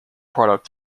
product